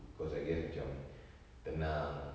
cause I guess macam tenang